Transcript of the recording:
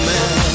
Man